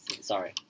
sorry